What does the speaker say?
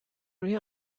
روی